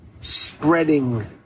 spreading